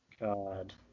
God